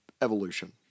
evolution